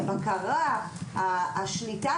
הבקרה והשליטה,